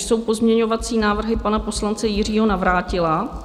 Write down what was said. Jsou to pozměňovací návrhy pana poslance Jiřího Navrátila.